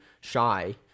Shy